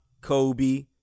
Kobe